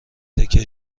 تکه